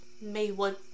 Maywood